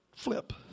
Flip